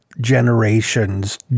generations